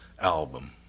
album